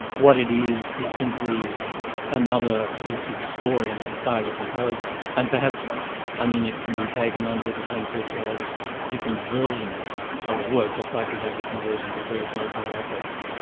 what it is, is simply another piece of scoring by the composer, and perhaps ah it can be taken under the concept of different versions of a work, just like we have different versions of various mozart operas.